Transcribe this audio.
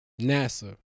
NASA